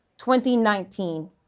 2019